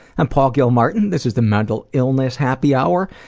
i'm paul gilmartin, this is the mental illness happy hour,